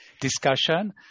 discussion